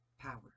power